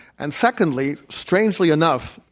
and secondly, strangely enough,